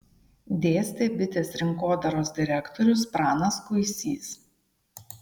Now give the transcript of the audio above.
dėstė bitės rinkodaros direktorius pranas kuisys